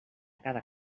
cada